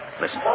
Listen